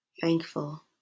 thankful